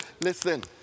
listen